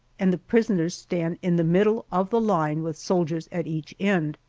and the prisoners stand in the middle of the line with soldiers at each end,